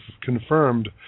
confirmed